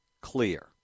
clear